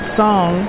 song